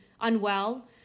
unwell